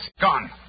gone